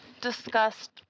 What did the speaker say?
discussed